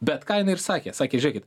bet ką jinai ir sakė sakė žėkit